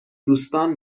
دوستان